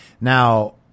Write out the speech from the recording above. Now